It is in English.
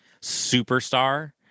superstar